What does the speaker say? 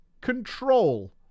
control